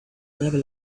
never